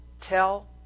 tell